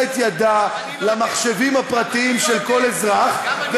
את ידה למחשבים הפרטיים של כל אזרח,